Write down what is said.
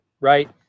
right